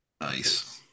Nice